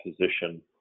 position